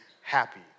happy